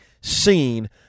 seen